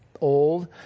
old